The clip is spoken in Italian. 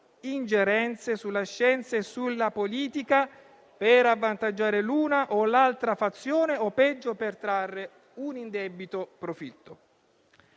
ingerenze sulla scienza e sulla politica per avvantaggiare l'una o l'altra fazione o, peggio, per trarre un indebito profitto.